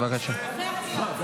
אני מבקשת הודעה אישית.